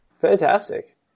Fantastic